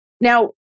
Now